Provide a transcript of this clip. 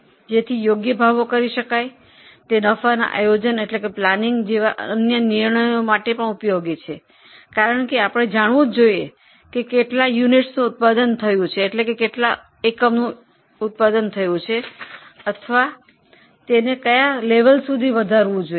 જેથી યોગ્ય કિંમત કરી શકાય તે નફા આયોજન જેવા અન્ય નિર્ણયો માટે પણ ઉપયોગી છે કારણ કે એન્ટિટીને જાણકારી હોવી જોઇએ કે કેટલા એકમનું ઉત્પાદન કરવું જોઈએ અથવા સેવાને કયા સ્તર સુધી વધારવાની જરૂર છે